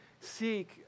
seek